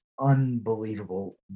unbelievable